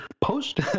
Post